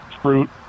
fruit